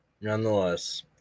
Nonetheless